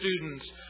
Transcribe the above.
students